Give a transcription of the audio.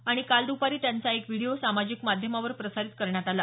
आणि काल दपारी त्यांचा एक व्हिडीओ सामाजिक माध्यमांवर प्रसारीत केला